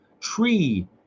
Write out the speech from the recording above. tree